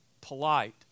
polite